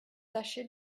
tâchez